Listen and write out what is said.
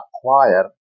acquire